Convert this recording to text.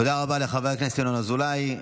תודה רבה לחבר הכנסת ינון אזולאי.